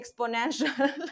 exponential